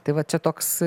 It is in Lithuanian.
tai va čia toks